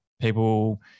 people